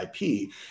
ip